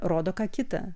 rodo ką kita